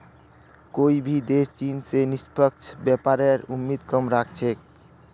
कोई भी देश चीन स निष्पक्ष व्यापारेर उम्मीद कम राख छेक